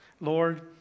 Lord